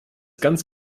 ganz